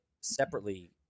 separately